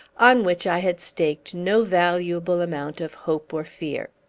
on which i had staked no valuable amount of hope or fear.